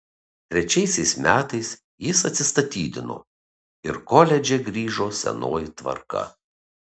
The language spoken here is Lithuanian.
trečiaisiais metais jis atsistatydino ir koledže grįžo senoji tvarka